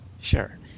Sure